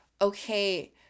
okay